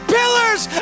pillars